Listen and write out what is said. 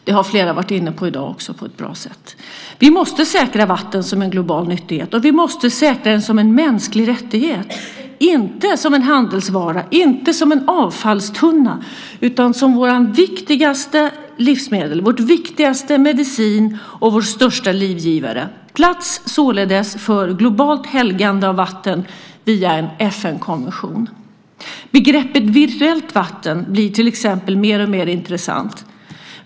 Det har flera varit inne på i dag också på ett bra sätt. Vi måste säkra vatten som en global nyttighet, och vi måste säkra det som en mänsklig rättighet - inte som en handelsvara, inte som en avfallstunna, utan som vårt viktigaste livsmedel, vår viktigaste medicin och vår största livgivare. Det är på sin plats, således, med ett globalt helgande av vatten via en FN-konvention. Begreppet "virtuellt vatten" blir till exempel mer och mer intressant.